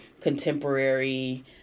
contemporary